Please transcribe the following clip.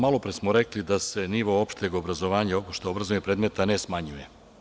Malo pre smo rekli da se nivo opšteg obrazovanja i opštih predmeta ne smanjuje.